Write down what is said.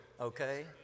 okay